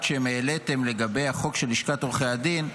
שהעליתם לגבי החוק של לשכת עורכי הדין,